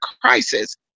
crisis